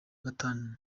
gatanu